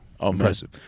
Impressive